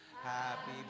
Happy